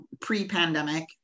pre-pandemic